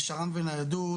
ושר"ם וניידות,